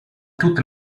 tutte